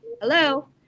hello